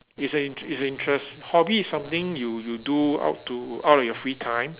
is a inter~ is a interest hobby is something you you do out to out of your free time